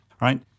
right